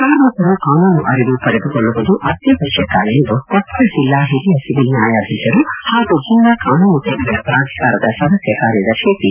ಕಾರ್ಮಿಕರು ಕಾನೂನು ಅರಿವು ಪಡೆದುಕೊಳ್ಳುವುದು ಅತ್ತವಶ್ಚಕ ಎಂದು ಕೊಪ್ಪಳ ಜಿಲ್ಲಾ ಹಿರಿಯ ಸಿವಿಲ್ ನ್ನಾಯಾಧೀಶರು ಹಾಗೂ ಜಿಲ್ಲಾ ಕಾನೂನು ಸೇವೆಗಳ ಪ್ರಾಧಿಕಾರದ ಸದಸ್ಯ ಕಾರ್ಯದರ್ಶಿ ಟಿ